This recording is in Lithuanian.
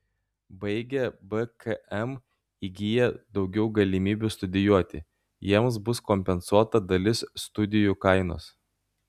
baigę bkm įgyja daugiau galimybių studijuoti jiems bus kompensuota dalis studijų kainos